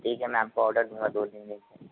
ठीक है मैं आपको ऑर्डर दूंगा दो तीन दिन में